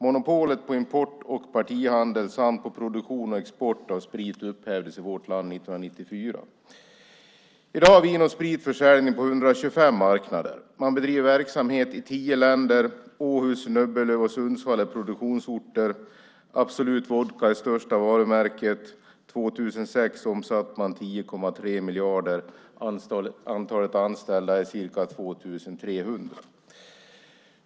Monopolet på import och partihandel samt på produktion och export av sprit upphävdes i vårt land 1994. I dag har Vin & Sprit försäljning på 125 marknader. Man bedriver verksamhet i tio länder. Åhus, Nöbbelöv och Sundsvall är produktionsorter. Absolut Vodka är största varumärket. År 2006 omsattes 10,3 miljarder. Antalet anställda är ca 2 300.